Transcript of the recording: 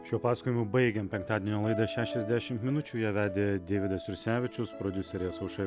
šiuo pasakojimu baigiam penktadienio laidą šešiasdešim minučių ją vedė deividas jursevičius prodiuserės aušra